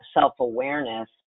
self-awareness